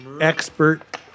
expert